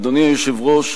אדוני היושב-ראש,